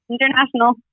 International